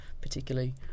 particularly